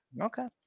Okay